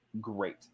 great